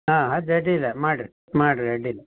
ಹಾಂ ಅದು ಅಡ್ಡಿಲ್ಲ ಮಾಡ್ರಿ ಮಾಡ್ರಿ ಅಡ್ಡಿಯಿಲ್ಲ